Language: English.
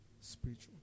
Spiritual